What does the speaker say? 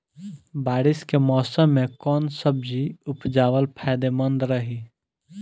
बारिश के मौषम मे कौन सब्जी उपजावल फायदेमंद रही?